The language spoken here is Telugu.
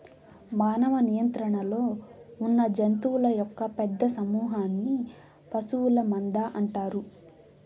మానవ నియంత్రణలో ఉన్నజంతువుల యొక్క పెద్ద సమూహన్ని పశువుల మంద అంటారు